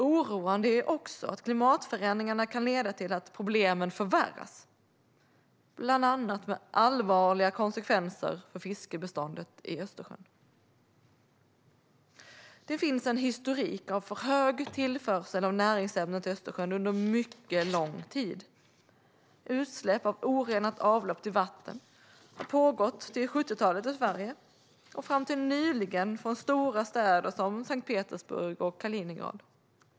Oroande är också att klimatförändringarna kan leda till att problemen förvärras, bland annat med allvarliga konsekvenser för fiskbestånden i Östersjön. Det finns en historik av för hög tillförsel av näringsämnen till Östersjön under mycket lång tid. Utsläpp av orenat avlopp till vatten har pågått fram till 70-talet i Sverige och fram till nyligen från stora städer som Sankt Petersburg och Kaliningrad.